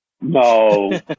No